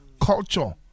culture